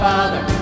Father